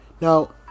Now